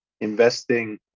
investing